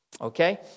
okay